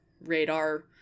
radar